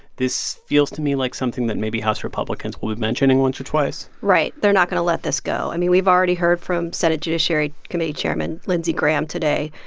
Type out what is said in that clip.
this feels to me like something that maybe house republicans will be mentioning once or twice right. they're not going to let this go. i mean, we've already heard from senate judiciary committee chairman lindsey graham today,